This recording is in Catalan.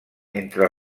entre